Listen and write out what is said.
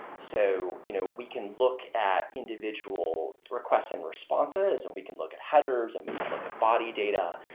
so you know we can look at individual request and responses, and we can look at headers, and we can look at body data,